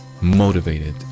motivated